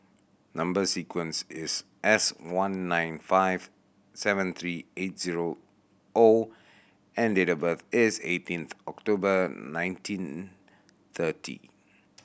number sequence is S one nine five seven three eight zero O and date of birth is eighteenth October nineteen thirty